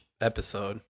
episode